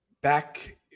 back